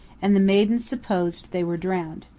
and the maidens supposed they were drowned.